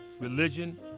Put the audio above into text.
Religion